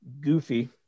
goofy